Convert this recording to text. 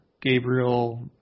Gabriel